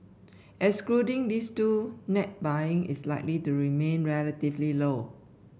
excluding these two net buying is likely to remain relatively low